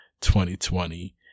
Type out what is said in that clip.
2020